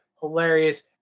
Hilarious